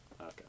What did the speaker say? Okay